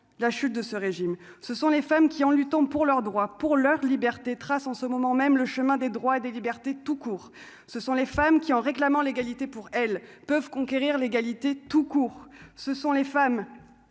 la chute de ce régime, ce sont les femmes qui en luttant pour leurs droits pour leur liberté trace en ce moment même le chemin des droits et des libertés tout court, ce sont les femmes qui en réclamant l'égalité pour elles peuvent conquérir l'égalité tout court, ce sont les femmes